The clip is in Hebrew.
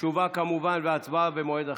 תשובה כמובן והצבעה במועד אחר.